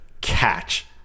catch